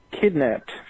kidnapped